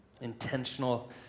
Intentional